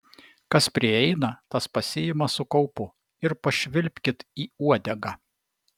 kas prieina tas pasiima su kaupu ir pašvilpkit į uodegą